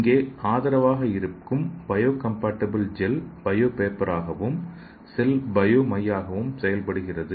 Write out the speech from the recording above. இங்கே ஆதரவாக இருக்கும் பயோகம்பாடிபிள் ஜெல் பயோ பேப்பர் ஆகவும்செல் பயோ மை ஆகவும் செயல்படுகின்றன